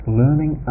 learning